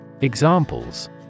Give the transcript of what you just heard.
Examples